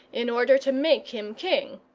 in order to make him king.